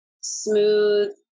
smooth